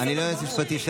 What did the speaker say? אני מצידי,